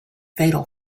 fatal